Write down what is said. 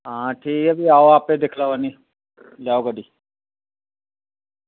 आं ठीक ऐ भी आपें दिक्खी लैओ आह्नी लेई आओ गड्डी